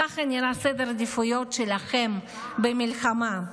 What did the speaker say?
ככה נראה סדר העדיפויות שלכם במלחמה: